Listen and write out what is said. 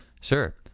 Sure